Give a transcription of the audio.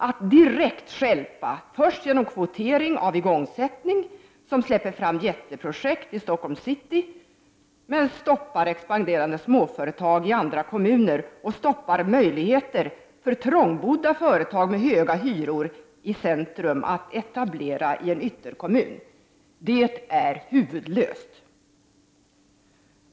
Att direkt stjälpa, först genom kvotering av igångsättning, vilket släpper fram jätteprojekt i Stockholms city, men stoppar expanderande småföretag i andra kommuner och möjligheter för trångbodda företag i centrum med höga hyror att etablera sig i en ytterkommun, är huvudlöst.